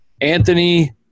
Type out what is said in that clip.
Anthony